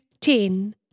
ten